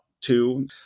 two